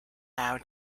how